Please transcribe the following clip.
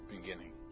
beginning